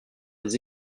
des